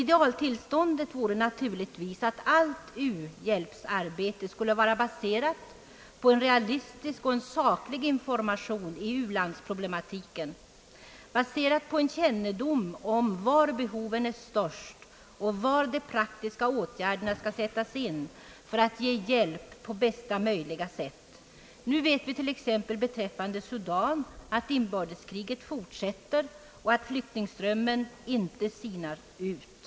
Idealtillståndet vore naturligtvis att allt u-hjälpsarbete skulle vara baserat på en realistisk och saklig information i u-landsproblematiken, grundad på en kännedom om var hjälpbehoven är störst och var de praktiska åtgärderna skall sättas in för att ge hjälp på bästa möjliga sätt. Beträffande Sudan vet vi att inbördeskriget fortsätter och att flyktingströmmen inte sinar ut.